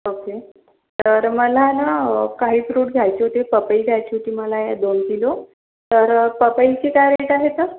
okay तर मला ना काही फ्रुट्स घ्यायचे होते पपई घ्यायची होती मला दोन किलो तर पपईचे काय रेट आहेत